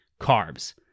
carbs